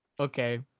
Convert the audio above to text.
okay